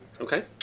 Okay